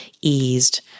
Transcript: eased